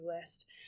list